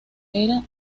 era